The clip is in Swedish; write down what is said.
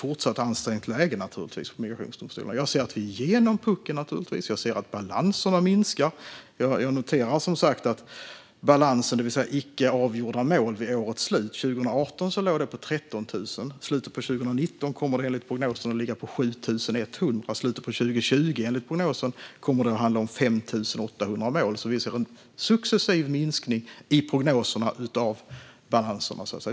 Jag ser naturligtvis att läget för migrationsdomstolarna även fortsättningsvis är ansträngt. Jag ser att vi har kommit över puckeln. Balanserna minskar. Jag har noterat att balansen av icke avgjorda mål vid slutet av 2018 låg på 13 000. Enligt prognoserna kommer den i slutet av 2019 att ligga på 7 100, och 2020 kommer det att handla om 5 800 mål. Vi ser alltså en successiv minskning i prognoserna för balanserna.